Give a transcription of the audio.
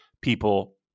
people